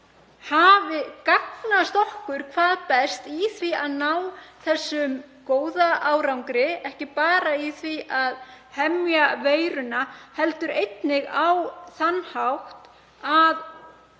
hafa gagnast okkur hvað best í því að ná þessum góða árangri, ekki bara í því að hemja veiruna heldur einnig á þann hátt að